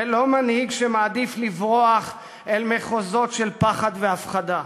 ולא מנהיג שמעדיף לברוח אל מחוזות של פחד והפחדה.